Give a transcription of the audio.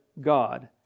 God